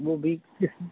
वो भी किस